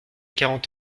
quarante